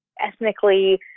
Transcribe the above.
ethnically